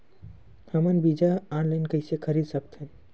हमन बीजा ऑनलाइन कइसे खरीद सकथन?